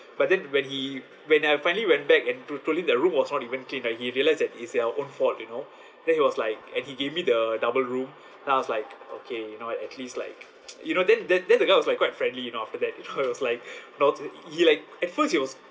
but then when he when I finally went back and to~ told him the room was not even cleaned like he realised that it's their own fault you know then he was like and he gave me the double room then I was like okay you know what at least like you know then then then the guy was like quite friendly you know after that I was like not he like at first he was